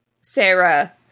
Sarah